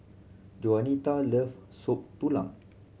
Juanita loves Soup Tulang